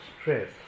stress